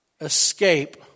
escape